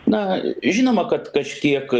na žinoma kad kažkiek